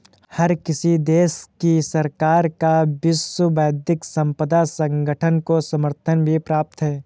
हर किसी देश की सरकार का विश्व बौद्धिक संपदा संगठन को समर्थन भी प्राप्त है